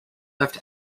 left